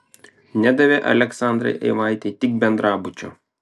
nedavė aleksandrai eivaitei tik bendrabučio